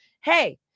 Hey